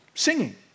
Singing